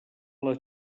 les